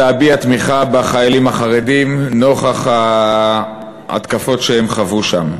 להביע תמיכה בחיילים החרדים נוכח ההתקפות שהם חוו שם.